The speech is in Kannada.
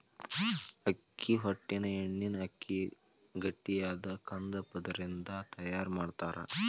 ಅಕ್ಕಿ ಹೊಟ್ಟಿನ ಎಣ್ಣಿನ ಅಕ್ಕಿಯ ಗಟ್ಟಿಯಾದ ಕಂದ ಪದರದಿಂದ ತಯಾರ್ ಮಾಡ್ತಾರ